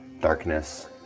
darkness